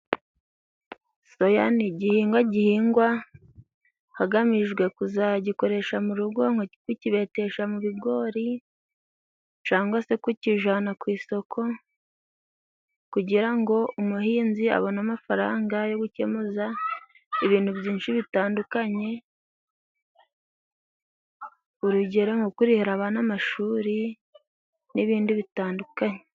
Soya ni igihingwa gihingwa hagamijwe kuzagikoresha mu rugo, tukibatesha mu bigori cangwa se kukijana ku isoko kugira ngo umuhinzi abone amafaranga yo gukemuza ibintu byinshi bitandukanye, urugero nko kurihira abana amashuri n'ibindi bitandukanye.